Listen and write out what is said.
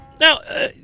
Now